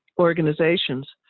organizations